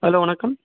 hello வணக்கம்